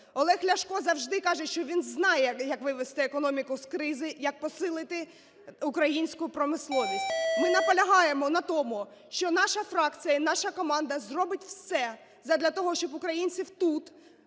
Олег Ляшко завжди каже, що він знає як вивести економіку з кризи, як посилити українську промисловість. Ми наполягаємо на тому, що наша фракція, наша команда зробить все задля того, щоб в українців тут